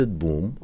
boom